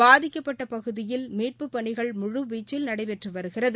பாதிக்கப்பட்ட பகுதியில் மீட்பு பணிகள் முழுவீச்சில் நடைபெற்று வருகிறது